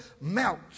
melt